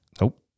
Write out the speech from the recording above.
Nope